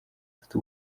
ufite